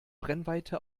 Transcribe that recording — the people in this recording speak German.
brennweite